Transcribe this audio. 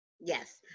Yes